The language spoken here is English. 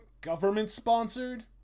government-sponsored